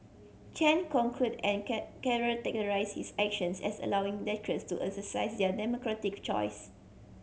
Chen concurred and characterised his actions as allowing to exercise their democratic choice